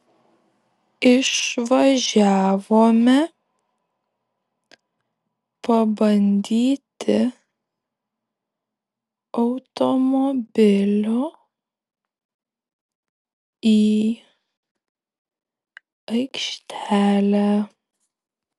išvažiavome pabandyti automobilio į aikštelę